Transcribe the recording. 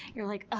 you're like, ah